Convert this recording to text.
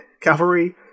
cavalry